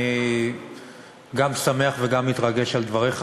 אני גם שמח וגם מתרגש על דבריך,